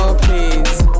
please